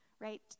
right